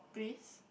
please